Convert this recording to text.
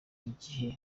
gihe